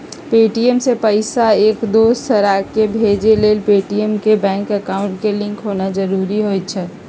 Paytm से पईसा एकदोसराकेँ भेजे लेल पेटीएम के बैंक अकांउट से लिंक होनाइ जरूरी होइ छइ